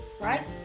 right